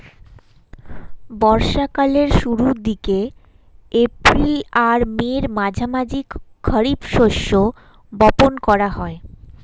বর্ষা কালের শুরুর দিকে, এপ্রিল আর মের মাঝামাঝি খারিফ শস্য বপন করা হয়